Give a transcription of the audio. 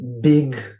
big